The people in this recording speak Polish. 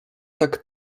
tak